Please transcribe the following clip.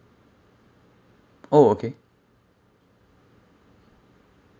oh okay